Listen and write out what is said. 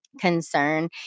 concern